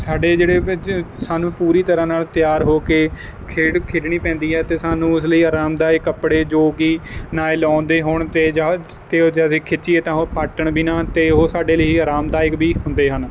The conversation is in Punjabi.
ਸਾਡੇ ਜਿਹੜੇ ਵਿੱਚ ਸਾਨੂੰ ਪੂਰੀ ਤਰ੍ਹਾਂ ਨਾਲ ਤਿਆਰ ਹੋ ਕੇ ਖੇਡ ਖੇਡਣੀ ਪੈਂਦੀ ਐ ਤੇ ਸਾਨੂੰ ਉਸ ਲਈ ਆਰਾਮਦਾਇਕ ਕੱਪੜੇ ਜੋ ਕੀ ਨਾਇਲੋਨ ਦੇ ਹੋਣ ਤੇ ਜਾਂ ਤੇ ਉਹ ਜਾ ਅਸੀਂ ਖਿੱਚੀਏ ਤਾਂ ਉਹ ਪਾਟਣ ਵੀ ਨਾ ਤੇ ਉਹ ਸਾਡੇ ਲਈ ਆਰਾਮਦਾਇਕ ਵੀ ਹੁੰਦੇ ਹਨ